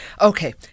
Okay